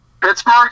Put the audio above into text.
Pittsburgh